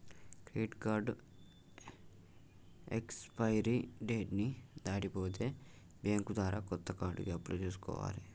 credit card expiry date ని దాటిపోతే bank ద్వారా కొత్త కార్డుకి అప్లై చేసుకోవాలే